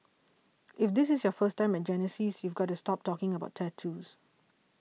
if this is your first time at Genesis you've got to stop talking about tattoos